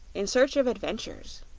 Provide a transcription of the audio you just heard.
in search of adventures.